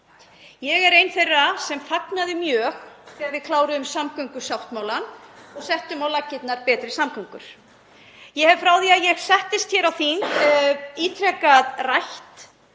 Ég er ein þeirra sem fagnaði mjög þegar við kláruðum samgöngusáttmálann og settum á laggirnar Betri samgöngur. Ég hef frá því að ég settist hér á þing ítrekað rætt